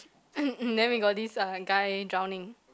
then we got this a guy drowning